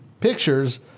pictures